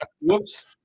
Whoops